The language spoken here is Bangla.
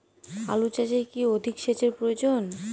আলু চাষে কি অধিক সেচের প্রয়োজন?